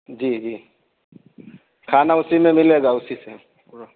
جی جی کھانا اسی میں ملے گا اسی سے پورا